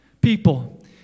people